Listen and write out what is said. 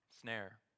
snare